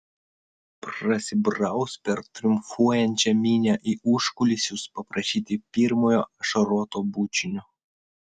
prasibraus per triumfuojančią minią į užkulisius paprašyti pirmojo ašaroto bučinio